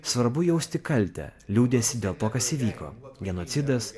svarbu jausti kaltę liūdesį dėl to kas įvyko genocidas